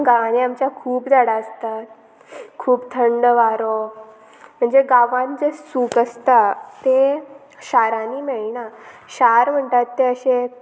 गांवांनी आमच्या खूब झाडां आसतात खूब थंड वारप म्हणजे गांवांत जे सूख आसता ते शारांनी मेळना शार म्हणटात ते अशे